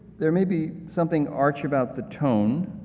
there may be something arch about the tone.